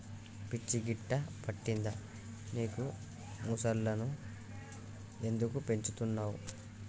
పిచ్చి గిట్టా పట్టిందా నీకు ముసల్లను ఎందుకు పెంచుతున్నవ్